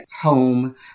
home